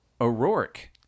O'Rourke